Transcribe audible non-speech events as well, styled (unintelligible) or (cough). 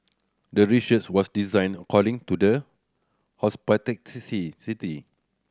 the research was designed according to the (unintelligible)